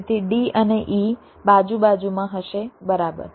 તેથી d અને e બાજુ બાજુમાં હશે બરાબર